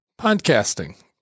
podcasting